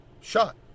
shot